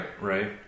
Right